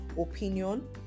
opinion